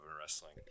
wrestling